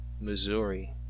Missouri